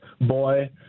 boy